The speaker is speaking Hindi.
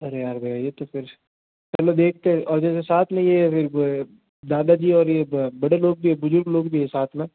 अरे यार भई ये तो फिर चलो देखते हैं और जैसे साथ में ये दादा जी और ये बड़े लोग भी हैं बुज़ुर्ग लोग भी है साथ में